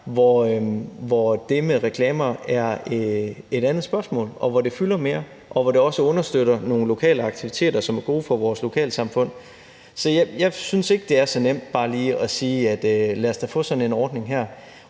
hvor det med reklamer er et andet spørgsmål, og hvor det fylder mere, og hvor det også understøtter nogle lokale aktiviteter, som er gode for vores lokalsamfund. Så jeg synes ikke, det er så nemt bare lige at sige: Lad os da få sådan en ordning her.